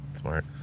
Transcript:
Smart